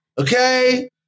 okay